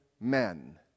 men